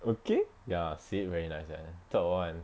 okay ya see very nice eh third [one]